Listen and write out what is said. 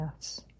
Yes